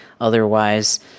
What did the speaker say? Otherwise